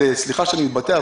סליחה שאני מתבטא כך,